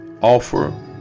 offer